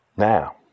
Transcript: Now